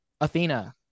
Athena